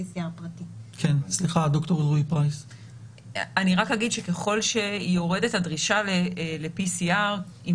אני רק אגיד שככל שיורדת הדרישה ל-PCR עם